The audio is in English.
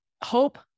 hope